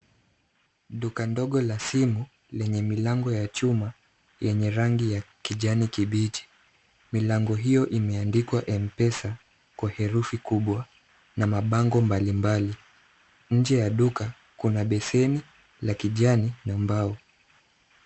Duka ndogo la simu, lenye milango ya chuma, yenye rangi ya kijani kibichi. Milango hiyo imeandikwa M-Pesa kwa herufi kubwa na mabango mbali mbali. Nje la duka kuna beseni la kijani na mbao.